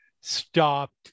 stopped